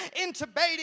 intubating